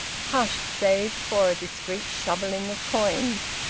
hushed save for a discreet shovelling of coins,